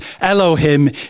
Elohim